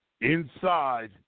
inside